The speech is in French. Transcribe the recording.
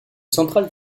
centrale